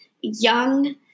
young